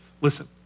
Listen